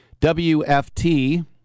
WFT